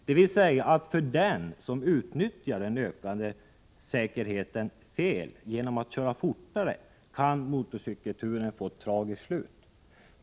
Det vill säga att för den som utnyttjar den ökade säkerheten fel — genom att köra fortare — kan motorcykelturen få ett tragiskt slut.